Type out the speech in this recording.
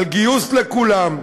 על גיוס לכולם,